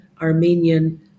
Armenian